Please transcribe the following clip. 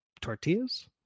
tortillas